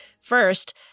first